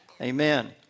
Amen